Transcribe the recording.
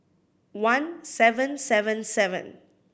one seven seven seven